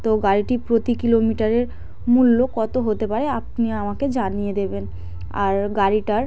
তো গাড়িটি প্রতি কিলোমিটারের মূল্য কত হতে পারে আপনি আমাকে জানিয়ে দেবেন আর গাড়িটার